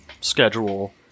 schedule